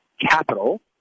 Capital